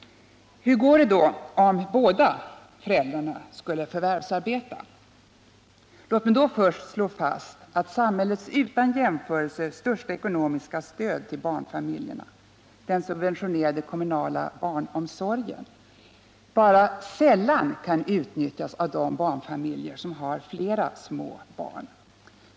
Hur går det då om båda föräldrarna skulle förvärvsarbeta? Låt mig först slå fast att samhällets utan jämförelse största ekonomiska stöd till barnfamiljerna, den subventionerade kommunala barnomsorgen, bara sällan kan utnyttjas av de barnfamiljer som har flera små barn.